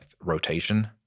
rotation